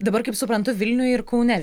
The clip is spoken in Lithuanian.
dabar kaip suprantu vilniuje ir kaune